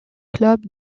club